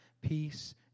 peace